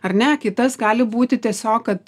ar ne kitas gali būti tiesiog kad